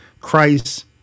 Christ